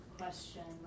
question